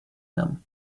him